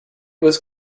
was